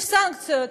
יש סנקציות.